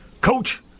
Coach